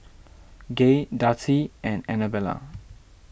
Gaye Darci and Anabella